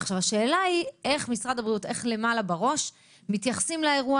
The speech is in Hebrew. באמת למגר את התופעה